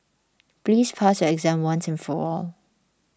please pass your exam once and for all